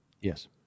Yes